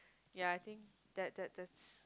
ya I think that that that's